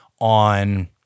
on